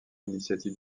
l’initiative